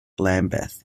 lambeth